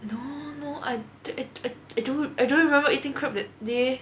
no no I I I don't remember eating crab that day